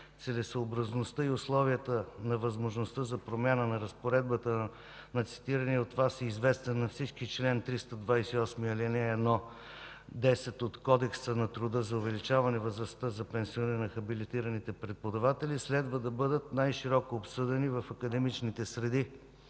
Целесъобразността и условията на възможността на промяна на разпоредбата на цитирания от Вас и известен на всички чл. 328, ал. 1, т. 10 от Кодекса на труда за увеличаване на възрастта за пенсиониране на хабилитираните преподаватели следва да бъдат най-широко обсъдени в академичните среди.